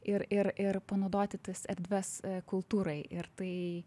ir ir ir panaudoti tas erdves kultūrai ir tai